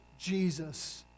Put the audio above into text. Jesus